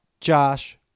Josh